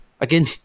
Again